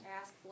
ask